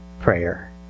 prayer